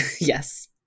Yes